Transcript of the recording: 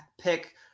pick